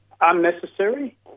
Unnecessary